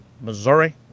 Missouri